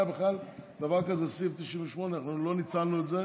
בכלל דבר כזה סעיף 98. אנחנו לא ניצלנו את זה.